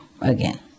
Again